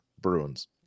Bruins